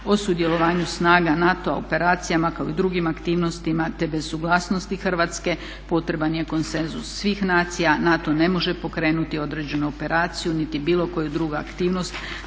o sudjelovanju snaga NATO-a u operacijama kao i u drugim aktivnostima te bez suglasnosti Hrvatske potreban je konsenzus svih nacija. NATO ne može pokrenuti određenu operaciju, niti bilo koju drugu aktivnost